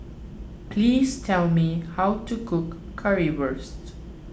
please tell me how to cook Currywurst